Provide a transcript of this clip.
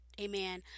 Amen